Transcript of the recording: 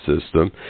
system